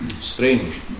Strange